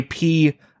IP